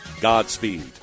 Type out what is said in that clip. Godspeed